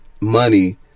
money